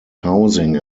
housing